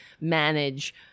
manage